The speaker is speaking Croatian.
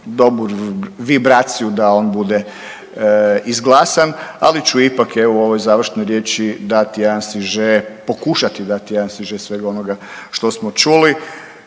dobru vibraciju da on bude izglasan, ali ću ipak evo u ovoj završnoj riječi dati jedan siže, pokušati dati jedan siže svega onoga što smo čuli,